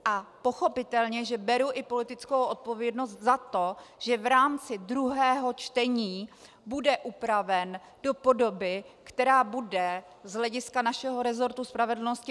A pochopitelně beru i politickou odpovědnost za to, že v rámci druhého čtení bude upraven do podoby, která bude z hlediska našeho resortu spravedlnosti optimální.